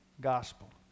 gospel